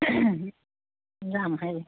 যাম